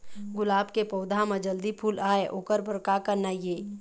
गुलाब के पौधा म जल्दी फूल आय ओकर बर का करना ये?